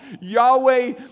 Yahweh